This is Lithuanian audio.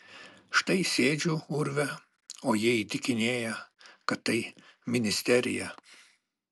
štai sėdžiu urve o jie įtikinėja kad tai ministerija